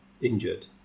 injured